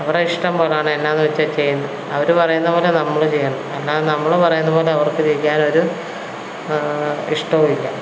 അവരെ ഇഷ്ടം പോലെയാണ് എന്നാന്ന് വച്ചാൽ ചെയ്യുന്നു അവർ പറയുന്ന പോലെ നമ്മൾ ചെയ്യണം അല്ലാതെ നമ്മൾ പറയുന്ന പോലെ അവർക്ക് ചെയ്യാൻ ഒരു ഇഷ്ടവും ഇല്ല